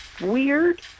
weird